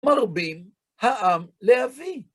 מרבים העם להביא.